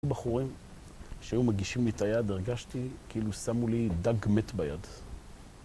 בחורים שהיו מגישים לי את היד, הרגשתי כאילו שמו לי דג מת ביד.